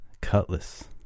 Cutlass